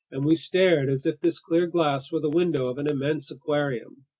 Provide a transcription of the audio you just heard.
and we stared as if this clear glass were the window of an immense aquarium.